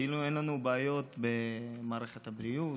כאילו אין לנו בעיות במערכת הבריאות,